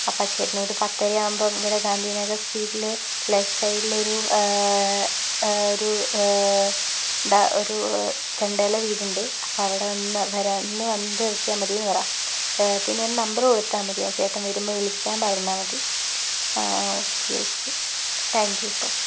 അപ്പോൾ ചേട്ടനൊരു പത്തര ആകുമ്പോൾ ഇവിടെ ഗാന്ധി നഗർ സ്ട്രീറ്റിൽ ലെഫ്റ് സൈഡിലൊരു ഒരു എന്താ ഒരു രണ്ടു നില വീടുണ്ട് അപ്പോൾ അവിടെ വന്ന് വരാൻ ഒന്ന് വന്നിട്ട് നിർത്തിയ മതീന്ന് പറ പിന്നെ എൻ്റെ നമ്പർ കൊടുത്താൽ മതിയെ ആ ചേട്ടൻ വരുമ്പോൾ വിളിക്കാൻ പറഞ്ഞാൽ മതി ആ ഓക്കേ ഓക്കേ താങ്ക്യൂട്ടോ